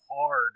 hard